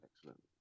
Excellent